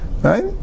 right